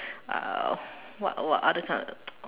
uh what what other kind of